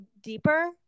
deeper